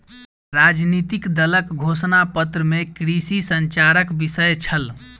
राजनितिक दलक घोषणा पत्र में कृषि संचारक विषय छल